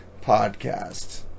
Podcast